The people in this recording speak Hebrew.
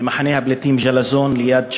ממחנה הפליטים ג'לזון ליד שכם.